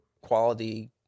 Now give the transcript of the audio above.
quality